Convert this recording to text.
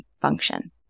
function